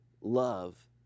love